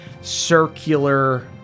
circular